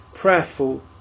Prayerful